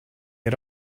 had